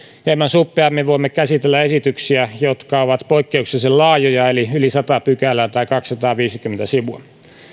hieman suppeammin voimme käsitellä esityksiä jotka ovat poikkeuksellisen laajoja eli joissa on yli sata pykälää tai kaksisataaviisikymmentä sivua